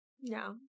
No